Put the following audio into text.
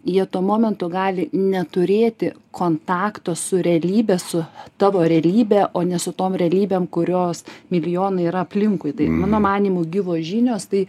jie tuo momentu gali neturėti kontakto su realybe su tavo realybe o ne su tom realybėm kurios milijonai yra aplinkui tai mano manymu gyvos žinios tai